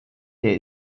der